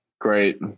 Great